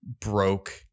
broke